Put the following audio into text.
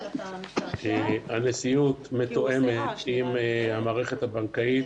ב', הנשיאות מתואמת עם המערכת הבנקאית.